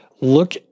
look